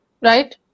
right